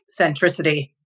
centricity